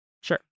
Sure